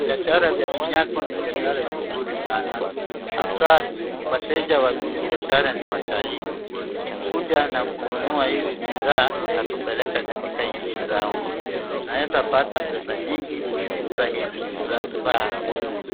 Biashara vya vinyago ni biashara vizuri sana. Hasa wateja wa hii biashara ni watalii. Hukuja na kununua hizi bidhaa na kupeleka katika nchi zao. Unaeza pata pesa nyingi ukiuza hizi bidhaa.